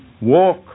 Walk